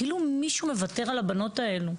כאילו מישהו מוותר על הבנות האלו.